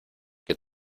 que